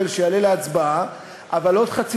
אותנו לבעיה מאוד מאוד קשה וחמורה,